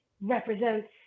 represents